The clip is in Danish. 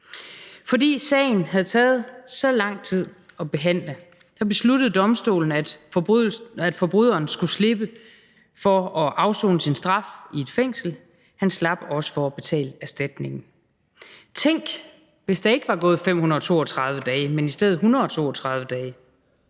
Fordi sagen havde taget så lang tid at behandle, besluttede domstolen, at forbryderen skulle slippe for at afsone sin straf i et fængsel. Han slap også for at betale erstatning. Tænk, hvis der ikke var gået 532 dage, men i stedet 132 dage.